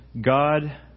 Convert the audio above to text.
God